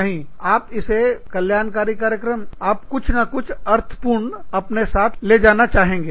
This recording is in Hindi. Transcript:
नहीं आप इसे कल्याणकारी कार्यक्रम आप कुछ ना कुछ अर्थ पूर्ण अपने साथ ले जाना चाहेंगे